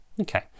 okay